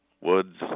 Woods